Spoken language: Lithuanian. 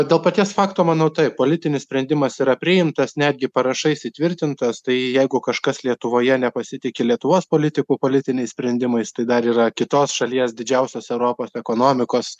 dėl paties fakto manau taip politinis sprendimas yra priimtas netgi parašais įtvirtintas tai jeigu kažkas lietuvoje nepasitiki lietuvos politikų politiniais sprendimais tai dar yra kitos šalies didžiausios europos ekonomikos